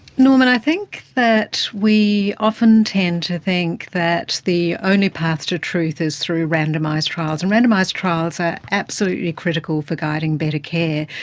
norman, i think that we often tend to think that the only path to truth is through randomised trials, and randomised trials are absolutely critical for guiding better care.